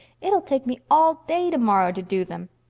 it'll take me all day tomorrow to do them.